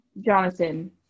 jonathan